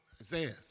Isaiah